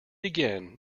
again